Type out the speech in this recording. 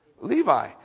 Levi